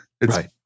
right